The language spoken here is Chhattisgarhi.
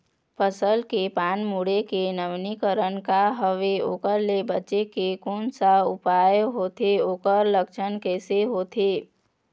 फसल के पान मुड़े के नवीनीकरण का हवे ओकर ले बचे के कोन सा उपाय होथे ओकर लक्षण कैसे होथे?